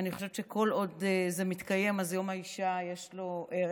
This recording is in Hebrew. אני חושבת שכל עוד זה מתקיים אז ליום האישה יש ערך.